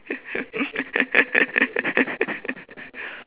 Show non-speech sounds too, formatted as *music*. *laughs*